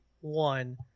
one